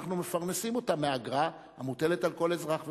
שאנחנו מפרנסים אותה מאגרה המוטלת על כל אזרח ואזרח.